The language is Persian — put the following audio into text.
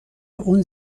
اون